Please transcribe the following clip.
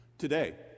Today